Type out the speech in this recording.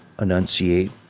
enunciate